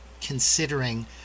considering